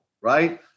right